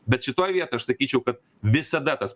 bet šitoj vietoj aš sakyčiau kad visada tas